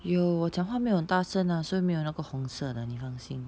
有我讲话没有很大声所以没有那个红色的你放心